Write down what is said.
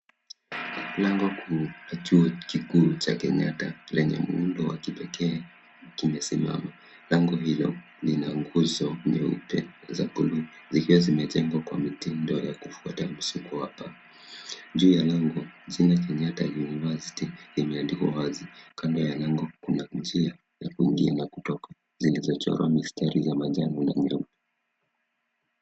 Lango kuu ya chuo kikuu cha Kenyatta lenye muundo wa kipekee kimesimama. Lango hilo ni la nguzo nyeupe za bluu zikiwa zimejengwa kwa mitindo ya kufuata nusu kwapa. Juu ya lango, jina Kenyatta University limeandikwa wazi. Kando ya lango, kuna njia ya kuingia na kutoka zililochorwa mistari ya njano na bluu.